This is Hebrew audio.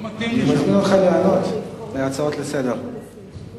אני מזמין אותך לענות על ההצעות לסדר-היום.